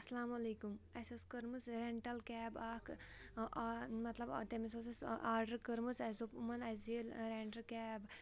اَسَلامُ علیکُم اَسہِ ٲس کٔرمٕژ رٮ۪نٹَل کیب اَکھ مطلب تٔمِس اوس اَسہِ آرڈَر کٔرمٕژ اَسہِ دوٚپ یِمَن اَسہِ یہِ رٮ۪نٛٹہٕ کیب